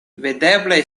videblaj